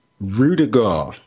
Rudiger